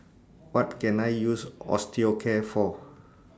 What Can I use Osteocare For